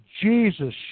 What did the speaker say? Jesus